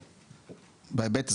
בהיבט,